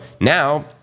Now